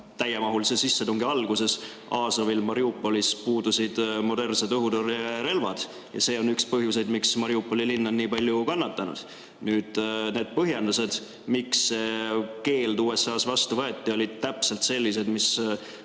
täiemahulise sissetungi alguses Azovil Mariupolis puudusid modernsed õhutõrjerelvad, ja see on üks põhjuseid, miks Mariupoli linn on nii palju kannatanud. Need põhjendused, miks see keeld USA-s vastu võeti, olid täpselt sellised, mis